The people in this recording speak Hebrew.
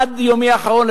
עד יומי האחרון,